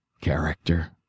character